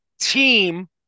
team